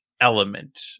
element